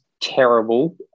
Terrible